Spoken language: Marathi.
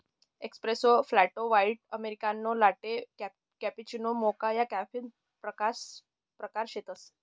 espresso, flat white, americano, latte, cappuccino, mocha या कॉफीना प्रकार शेतसं